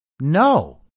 No